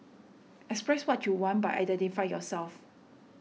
express what you want but identify yourself